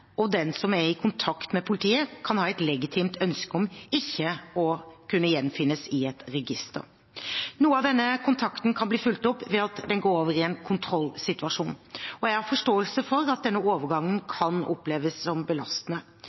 og den som er i kontakt med politiet, kan ha et legitimt ønske om ikke å kunne gjenfinnes i et register. Noe av denne kontakten kan bli fulgt opp ved at den går over i en kontrollsituasjon. Jeg har forståelse for at denne overgangen kan oppleves som belastende.